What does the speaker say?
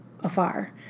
afar